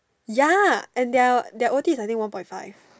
ya and their their O_T I think is one point five